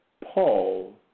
Paul